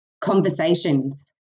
conversations